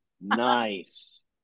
Nice